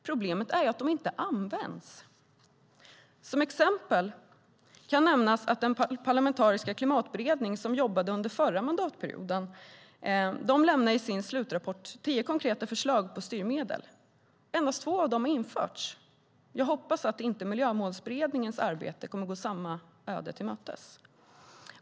Problemet är att de inte används. Som exempel kan nämnas att den parlamentariska klimatberedning som jobbade under förra mandatperioden lämnade i sin slutrapport tio konkreta förslag på styrmedel. Endast två av dem har införts. Jag hoppas att Miljömålsberedningens arbete inte kommer att gå samma öde till mötes.